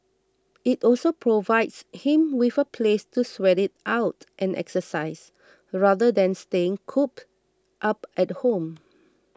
it also provides him with a place to sweat it out and exercise rather than staying cooped up at home